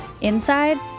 Inside